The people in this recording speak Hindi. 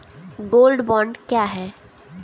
गोल्ड बॉन्ड क्या है?